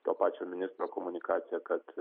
to pačio ministro komunikacija kad